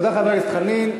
תודה, חבר הכנסת חנין.